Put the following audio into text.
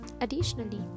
Additionally